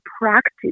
practice